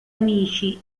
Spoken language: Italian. amici